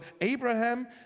Abraham